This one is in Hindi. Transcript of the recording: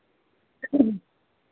जी